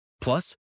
Plus